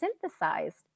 synthesized